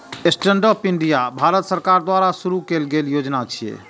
stand up India Bharat सरकार द्वारा शुरू कैल गेल योजना छियै